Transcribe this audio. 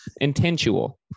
Intentional